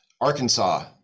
Arkansas